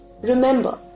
Remember